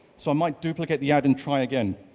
so i might duplicate the ad and try again,